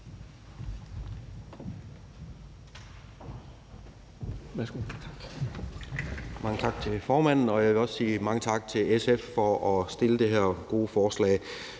Mange tak til formanden, og jeg vil også sige mange tak til SF for at fremsætte det her gode forslag.